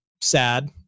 sad